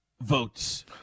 votes